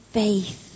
faith